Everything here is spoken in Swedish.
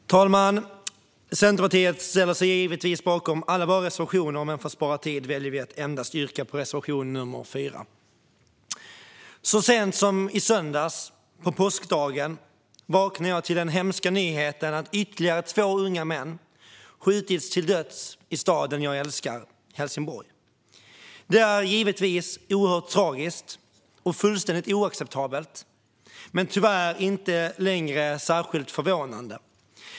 Fru talman! Centerpartiet ställer sig givetvis bakom alla våra reservationer, men för att spara tid väljer vi att yrka bifall endast till reservation 2. Så sent som i söndags, på påskdagen, vaknade jag till den hemska nyheten att ytterligare två unga män skjutits till döds i staden jag älskar, Helsingborg. Det är givetvis oerhört tragiskt och fullständigt oacceptabelt men tyvärr inte längre särskilt förvånande.